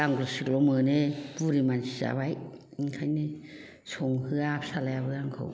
दांग्लु सिग्लु मोनो बुरि मानसि जाबाय ओंखायनो संहोया फिसाज्लायाबो आंखौै